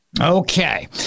Okay